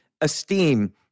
Esteem